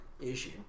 issue